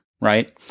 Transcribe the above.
right